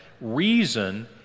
reason